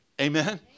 amen